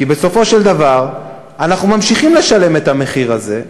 כי בסופו של דבר אנחנו ממשיכים לשלם את המחיר הזה,